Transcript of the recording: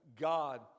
God